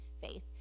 faith